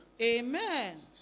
Amen